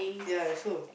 ya I also